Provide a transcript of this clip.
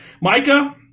Micah